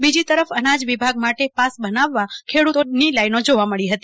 બીજી તરફ અનાજ વિભાગ માટે પાસ બનાવવા પણ ખેડૂતોની લાઇનો જોવા મળી હતી